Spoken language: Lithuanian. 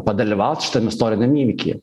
padalyvaut šitam istoriniam įvykyje